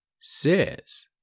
says